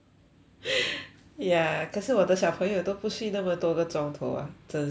ya 可是我的小朋友都不睡那么多的钟头 ah 真是的